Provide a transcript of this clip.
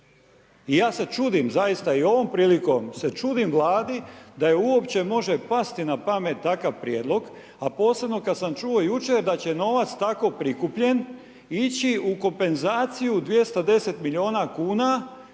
i ja se čudim i zaista i ovom prilikom se čudim vladi da je uopće može pasti na pamet takav prijedlog, a posebno kad sam čuo jučer da će novac tako prikupljen ići u kompenzaciju 210 milijuna kuna